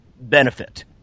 benefit